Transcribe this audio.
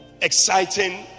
exciting